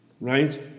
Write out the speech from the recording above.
right